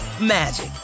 magic